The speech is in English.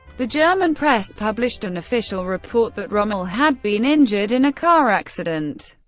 the german press published an official report that rommel had been injured in a car accident.